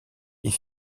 est